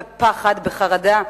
הוא נקטע בפחד, בחרדה.